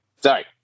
sorry